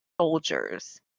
soldiers